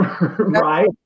right